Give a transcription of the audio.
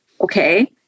Okay